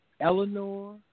Eleanor